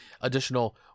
additional